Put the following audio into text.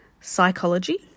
psychology